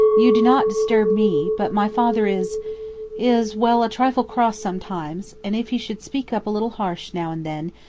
you do not disturb me, but my father is is, well a trifle cross sometimes, and if he should speak up a little harsh now and then,